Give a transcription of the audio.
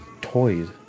toys